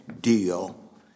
deal